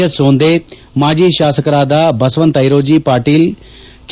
S Sonde ಮಾಜಿ ಶಾಸಕರಾದ Basavant Airoji Patil K